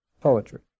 poetry